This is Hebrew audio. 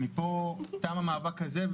פה תם המאבק הזה,